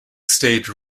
state